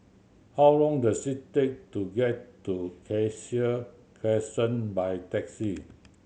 how long does it take to get to Cassia Crescent by taxi